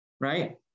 right